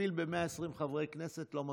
תכפיל ב-120 חברי כנסת, לא מספיק.